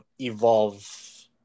evolve